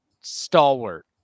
stalwart